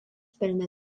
pelnė